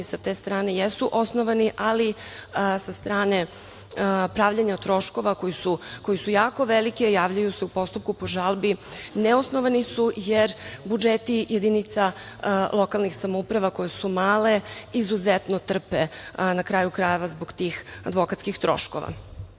sa te strane jesu osnovani, ali sa strane pravljenja troškova koji su jako veliki, a javljaju se u postupku po žalbi neosnovani su jer budžeti jedinica lokalnih samouprava koje su male izuzetno trpe, na kraju, krajeva zbog tih advokatskih troškova. Ovde